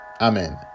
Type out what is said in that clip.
amen